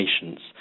patients